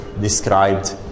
described